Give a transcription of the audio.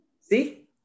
See